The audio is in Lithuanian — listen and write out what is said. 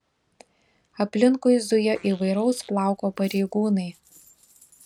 aplinkui zuja įvairaus plauko pareigūnai